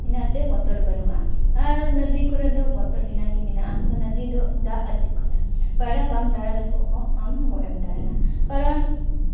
ᱚᱱᱟᱛᱮ ᱵᱚᱛᱚᱨ ᱵᱟᱹᱱᱩᱜᱼᱟ ᱚᱱᱟᱛᱮ ᱱᱚᱫᱤ ᱠᱚᱨᱮᱜ ᱫᱚ ᱵᱚᱛᱚᱨ ᱤᱱᱟᱹᱜᱮ ᱢᱮᱱᱟᱜᱼᱟ ᱱᱚᱫᱤ ᱫᱚ ᱫᱟᱜ ᱟᱹᱛᱩᱜ ᱠᱟᱱᱟ ᱯᱟᱭᱨᱟ ᱵᱟᱢ ᱫᱟᱲᱮ ᱞᱮᱦᱚᱸ ᱟᱢ ᱜᱚᱡ ᱮᱢ ᱫᱟᱬᱟᱱᱟ ᱠᱟᱨᱚᱱ